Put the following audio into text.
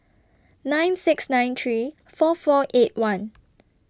nine six nine three four four eight one